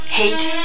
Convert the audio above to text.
hate